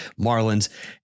Marlins